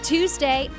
Tuesday